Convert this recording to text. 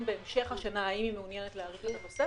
בהמשך השנה האם היא מעוניינת להאריך את התוספת,